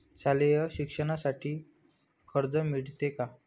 शालेय शिक्षणासाठी कर्ज मिळते का?